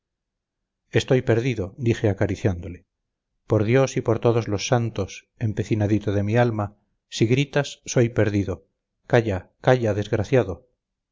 estoy perdido dije acariciándole por dios y por todos los santos empecinadito de mi alma si gritas soy perdido calla calla desgraciado